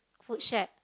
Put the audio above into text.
food shed